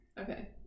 Okay